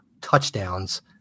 touchdowns